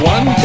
One